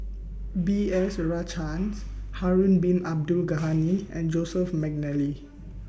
B S Rajhans Harun Bin Abdul Ghani and Joseph Mcnally